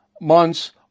months